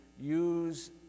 use